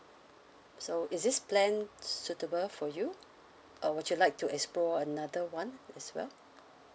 so is this plan suitable for you or would you like to explore another one as well